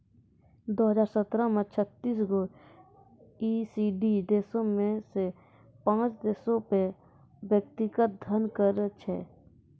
दु हजार सत्रह मे छत्तीस गो ई.सी.डी देशो मे से पांच देशो पे व्यक्तिगत धन कर छलै